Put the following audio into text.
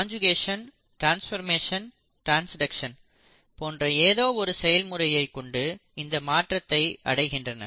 conjugation transformation transduction போன்ற ஏதோ ஒரு செயல்முறையை கொண்டு இந்த மாற்றத்தை அடைகின்றன